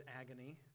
agony